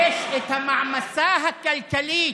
יש את המעמסה הכלכלית